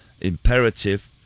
imperative